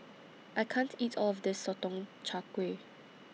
I can't eat All of This Sotong Char Kway